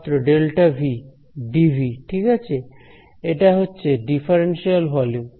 ছাত্র ΔV D V ঠিক আছে এটা হচ্ছে ডিফারেন্সিয়াল ভলিউম